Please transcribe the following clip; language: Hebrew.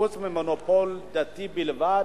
חוץ ממונופול דתי בלבד,